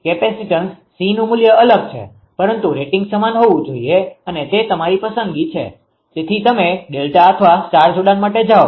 capacitance Cનુ મૂલ્ય અલગ છે પરંતુ રેટિંગ સમાન હોવું જોઈએ અને તે તમારી પસંદગી છે તેથી તમે ડેલ્ટા અથવા સ્ટાર જોડાણ માટે જાઓ